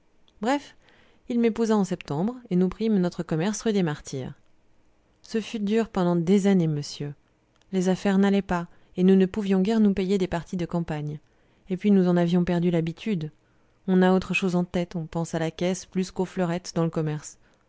bref il m'épousa en septembre et nous prîmes notre commerce rue des martyrs ce fut dur pendant des années monsieur les affaires n'allaient pas et nous ne pouvions guère nous payer des parties de campagne et puis nous en avions perdu l'habitude on a autre chose en tête on pense à la caisse plus qu'aux fleurettes dans le commerce